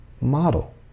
model